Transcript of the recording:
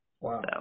Wow